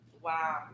Wow